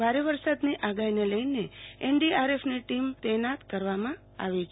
ભારે વરસાદની આગાહીને લઈને એનડીઆરએફની ટીમ તૈનાત કરવામાં આવી છે